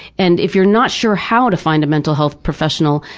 and if you're not sure how to find a mental health professional,